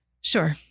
Sure